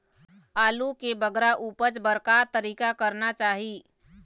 आलू के बगरा उपज बर का तरीका करना चाही?